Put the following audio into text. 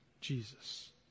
Jesus